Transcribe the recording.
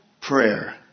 prayer